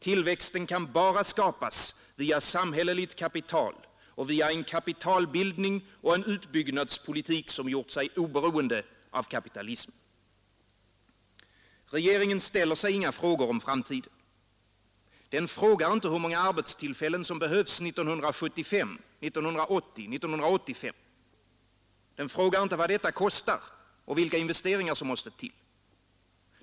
Tillväxten kan bara skapas via samhälleligt kapital och via en kapitalbild ning och en utbyggnadspolitik som gjort sig oberoende av kapitalismen. Regeringen ställer sig inga frågor om framtiden. Den frågar inte hur många arbetstillfällen som behövs 1975, 1980, 1985. Den frågar inte vad detta kostar och vilka investeringar som måste till.